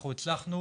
הצלחנו